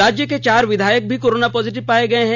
राज्य के चार विधायक भी कोरोना पॉजिटिव पाये गये हैं